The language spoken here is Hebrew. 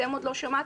אתם עוד לא שמעתם.